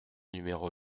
numéro